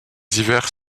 hivers